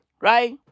Right